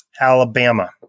Alabama